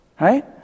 Right